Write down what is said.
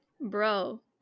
Bro